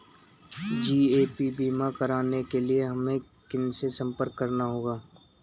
GAP बीमा कराने के लिए हमें किनसे संपर्क करना होगा?